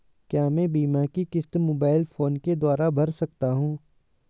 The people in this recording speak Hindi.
क्या मैं बीमा की किश्त मोबाइल फोन के द्वारा भर सकता हूं?